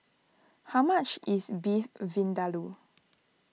how much is Beef Vindaloo